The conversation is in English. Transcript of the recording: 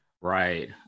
Right